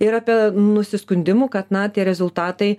ir apie nusiskundimų kad na tie rezultatai